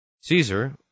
Caesar